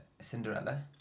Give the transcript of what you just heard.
Cinderella